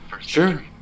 Sure